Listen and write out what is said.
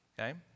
Okay